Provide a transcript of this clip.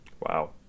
Wow